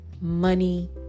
money